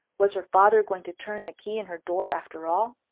was her father going to turn the key in her door, after all?